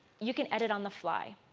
you can edit on the fly.